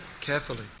carefully